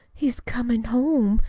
he's coming home.